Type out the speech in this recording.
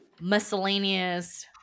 miscellaneous